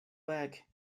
work